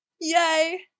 Yay